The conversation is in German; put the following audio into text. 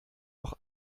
doch